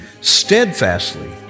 steadfastly